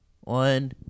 one